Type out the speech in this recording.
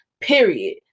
period